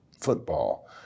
football